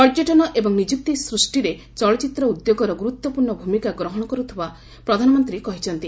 ପର୍ଯ୍ୟଟନ ଏବଂ ନିଯୁକ୍ତି ସ୍ପଷ୍ଟିରେ ଚଳଚ୍ଚିତ୍ର ଉଦ୍ୟୋଗର ଗୁରୁତ୍ୱପୂର୍ଣ୍ଣ ଭୂମିକା ଗ୍ରହଣ କରୁଥିବା ପ୍ରଧାନମନ୍ତ୍ରୀ କହିଛନ୍ତି